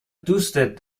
دوستت